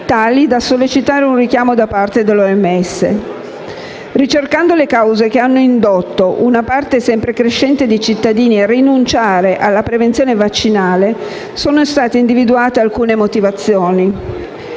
tali da sollecitare un richiamo da parte dell'OMS. Ricercando le cause che hanno indotto una parte sempre crescente di cittadini a rinunciare alla prevenzione vaccinale, sono state individuate alcune motivazioni.